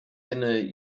kenne